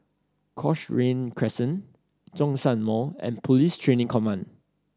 Cochrane Crescent Zhongshan Mall and Police Training Command